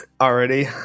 already